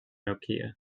nokia